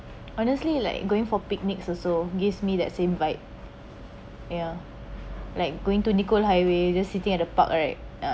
honestly like going for picnics also gives me that same vibe ya like going to nicoll highway just sitting at the park right uh